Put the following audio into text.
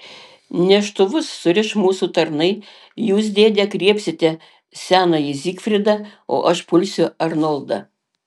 neštuvus suriš mūsų tarnai jūs dėde griebsite senąjį zigfridą o aš pulsiu arnoldą